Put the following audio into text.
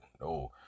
No